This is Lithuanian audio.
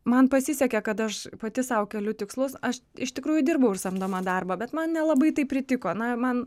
man pasisekė kad aš pati sau keliu tikslus aš iš tikrųjų dirbau ir samdomą darbą bet man nelabai tai pritiko na man